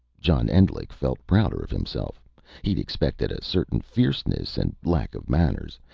john endlich felt prouder of himself he'd expected a certain fierceness and lack of manners.